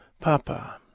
Papa